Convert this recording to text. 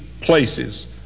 places